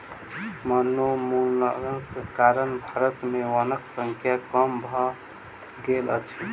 वनोन्मूलनक कारण भारत में वनक संख्या कम भ गेल अछि